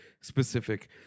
specific